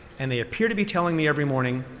and they appear to be telling me every morning,